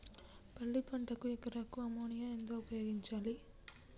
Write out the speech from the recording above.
పల్లి పంటకు ఎకరాకు అమోనియా ఎంత ఉపయోగించాలి?